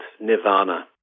nirvana